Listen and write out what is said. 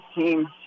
team